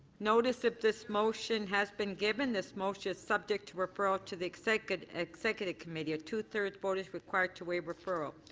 notice of this motion has been given. this motion is subject to referral to the executive executive committee, a two-thirds vote is required to waive referral.